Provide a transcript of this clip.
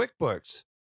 QuickBooks